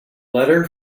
letter